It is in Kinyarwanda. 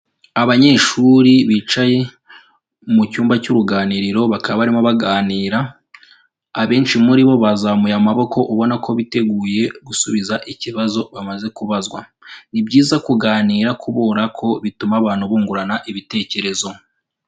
Abanyeshuri bicaye mu cyumba cy'uruganiriro, bakaba barimo baganira, abenshi muri bo bazamuye amaboko ubona ko biteguye gusubiza ikibazo bamaze kubazwa. Ni byiza kuganira kubora ko bituma abantu bungurana ibitekerezo.